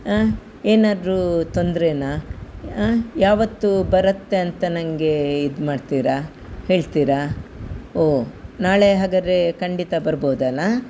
ಹಾಂ ಏನಾದರೂ ತೊಂದರೆನಾ ಹಾಂ ಯಾವತ್ತು ಬರುತ್ತೆ ಅಂತ ನಂಗೆ ಇದು ಮಾಡ್ತೀರಾ ಹೇಳ್ತೀರಾ ಓಹ್ ನಾಳೆ ಹಾಗಾದ್ರೆ ಖಂಡಿತ ಬರ್ಬೋದಲ್ವಾ